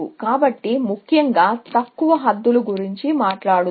కాబట్టి ముఖ్యంగా తక్కువ హద్దుల గురించి మాట్లాడుదాం